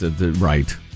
Right